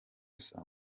saa